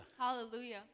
Hallelujah